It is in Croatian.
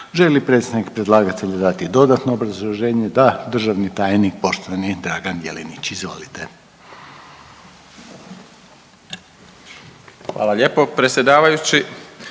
li predstavnik predlagatelja dati dodatno obrazloženje? Da. Državni tajnik, poštovani Dragan Jelenić, izvolite. **Jelić, Dragan** Hvala lijepo predsjedavajući,